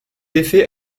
effet